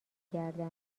گردم